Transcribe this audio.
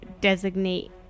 designate